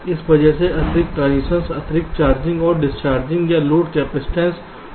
इस वजह से अतिरिक्त ट्रांजिशंस अतिरिक्त चार्जिंग और डिस्चार्जिंग या लोड कैपेसिटर होगा